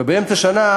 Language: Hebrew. ובאמצע שנה